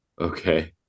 Okay